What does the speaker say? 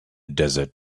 desert